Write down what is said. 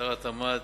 שר התמ"ת,